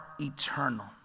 eternal